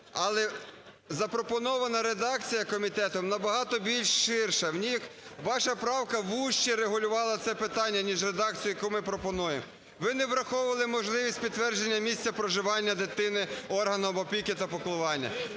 Але запропонована редакція комітетом набагато більш ширша. Ваша правка вужче регулювала це питання, ніж редакція, яку ми пропонуємо. Ви не враховували можливість підтвердження місця проживання дитини органом опіки та піклування.